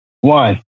One